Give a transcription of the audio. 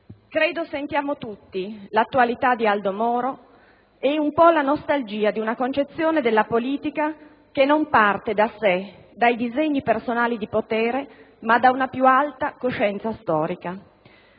Credo sentiamo tutti l'attualità di Aldo Moro e un po' la nostalgia di una concezione della politica che non parte da sé, dai disegni personali di potere, ma da una più alta coscienza storica.